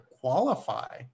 qualify